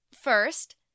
First